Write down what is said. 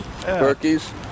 Turkeys